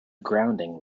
grounding